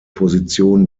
position